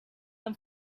them